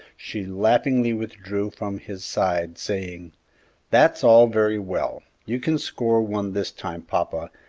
she laughingly withdrew from his side, saying that's all very well you can score one this time, papa,